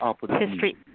history